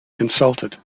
consulted